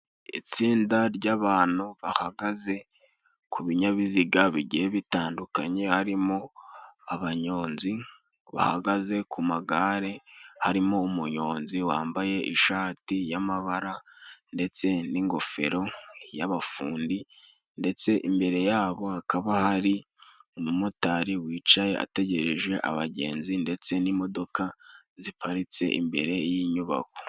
Itsinda ry'abantu bahagaze ku binyabiziga bigiye bitandukanye. Harimo abanyonzi bahagaze ku magare, harimo umunyonzi wambaye ishati y'amabara ndetse n'ingofero y'abafundi. Ndetse imbere yabo hakaba hari umumotari wicaye ategereje abagenzi. Ndetse n'imodoka ziparitse imbere y'inyubako.